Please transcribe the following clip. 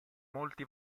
molti